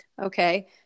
okay